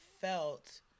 felt